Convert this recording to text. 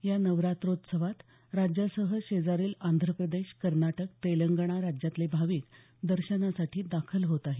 या नवरात्रोत्सवात राज्यासह शेजारील आंध्र प्रदेश कर्नाटक तेलंगणा राज्यातले भाविक दर्शनासाठी दाखल होत आहेत